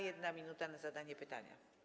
1 minuta na zadanie pytania.